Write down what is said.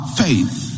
faith